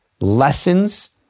lessons